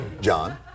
John